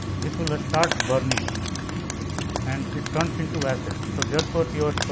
this will ah start burning ok and it turns into access. so, therefore your